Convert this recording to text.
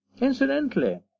Incidentally